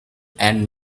and